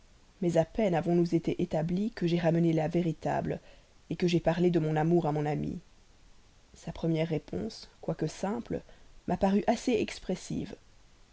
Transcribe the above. mais à peine avons-nous été établis que j'ai ramené la véritable que j'ai parlé de mon amour à mon amie sa première réponse quoique simple m'a paru assez expressive